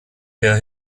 der